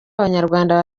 abanyarwanda